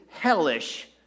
hellish